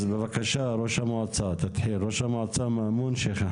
בבקשה, ראש המועצה מאמון שיח.